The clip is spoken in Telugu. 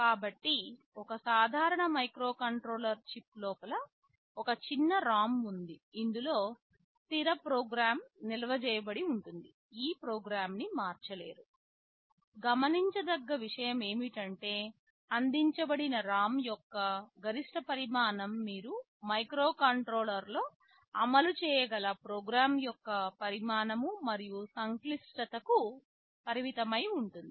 కాబట్టి ఒక సాధారణ మైక్రోకంట్రోలర్లో చిప్ లోపల ఒక చిన్న ROM ఉంది ఇందులో స్థిర ప్రోగ్రామ్ నిల్వ చేయబడి ఉంటుంది ఈ ప్రోగ్రామ్ ని మార్చలేరు గమనించదగ్గ విషయం ఏమిటంటే అందించబడిన ROM యొక్క గరిష్ట పరిమాణం మీరు మైక్రోకంట్రోలర్లో అమలు చేయగల ప్రోగ్రామ్ యొక్క పరిమాణం మరియు సంక్లిష్టత కు పరిమితమై ఉంటుంది